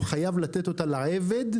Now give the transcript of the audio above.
הוא חייב לתת אותה לעבד,